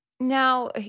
Now